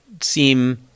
seem